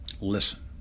Listen